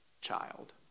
child